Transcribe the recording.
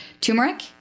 turmeric